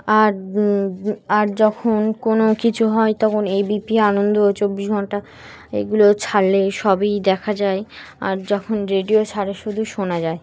আর আর যখন কোনো কিছু হয় তখন এবিপি আনন্দ চব্বিশ ঘণ্টা এগুলো ছাড়লে সবই দেখা যায় আর যখন রেডিও ছাড়ে শুধু শোনা যায়